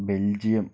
Belgium